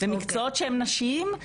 ומקצועות שהם נשיים,